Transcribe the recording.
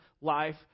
life